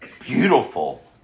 beautiful